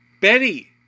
Betty